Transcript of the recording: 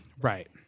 Right